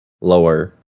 lower